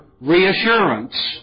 reassurance